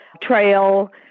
trail